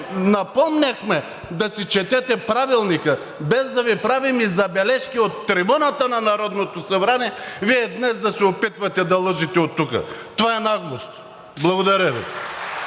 напомняхме да си четете Правилника, без да Ви правим и забележки от трибуната на Народното събрание, а Вие днес да се опитвате да лъжете оттук. Това е наглост! Благодаря Ви.